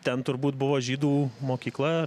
ten turbūt buvo žydų mokykla